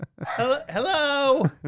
hello